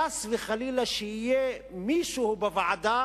חס וחלילה שיהיה מישהו בוועדה